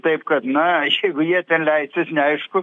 taip kad na jeigu jie ten leisis neaišku